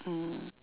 mm